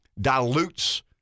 dilutes